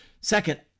Second